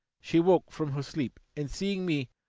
she woke from her sleep, and, seeing, me,